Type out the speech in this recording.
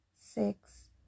six